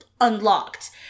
unlocked